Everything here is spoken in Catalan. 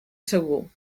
segur